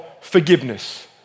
forgiveness